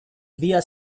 via